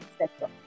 sector